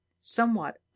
somewhat